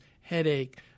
headache